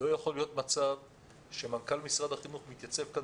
לא יכול להיות מצב שמנכ"ל משרד החינוך מתייצב כאן